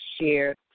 shared